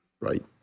right